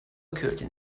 curtain